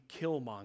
Killmonger